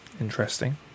interesting